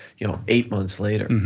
you know eight months later,